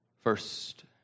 first